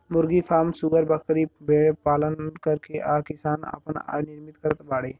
मुर्गी फ्राम सूअर पालन भेड़बकरी पालन करके किसान आपन आय निर्मित करत बाडे